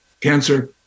cancer